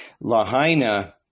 Lahaina